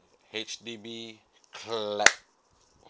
H_D_B clap